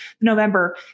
November